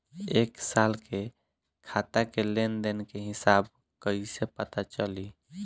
एक साल के खाता के लेन देन के हिसाब कइसे पता चली?